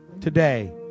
today